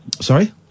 Sorry